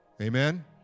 Amen